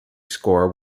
score